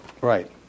Right